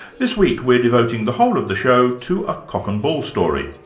this week we're devoting the whole of the show to a cock and bull story,